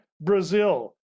Brazil